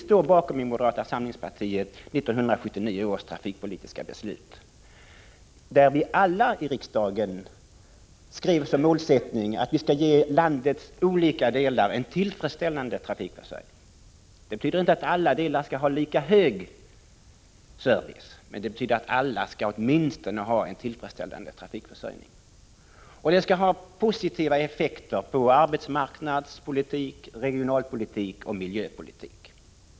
Vi i moderata samlingspartiet står bakom 1979 års trafikpolitiska beslut, då alla partier i riksdagen skrev under målsättningen att ge landets olika delar en tillfredsställande trafikförsörjning. Det betyder inte att alla delar skall ha lika hög service, men alla skall åtminstone ha en tillfredsställande trafikförsörjning. Detta skall ha positiva effekter på arbetsmarknadspolitik, regionalpolitik och miljöpolitik.